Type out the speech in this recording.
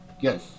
Yes